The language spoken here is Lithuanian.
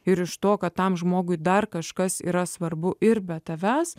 ir iš to kad tam žmogui dar kažkas yra svarbu ir be tavęs